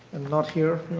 and not here.